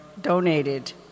donated